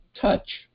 touch